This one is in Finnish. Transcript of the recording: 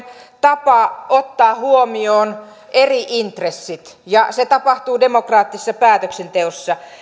tapa ottaa huomioon eri intressit ja se tapahtuu demokraattisessa päätöksenteossa